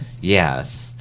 Yes